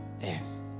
Yes